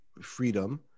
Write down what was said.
freedom